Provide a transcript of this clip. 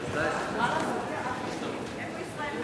לדיון מוקדם בוועדת הכספים נתקבלה.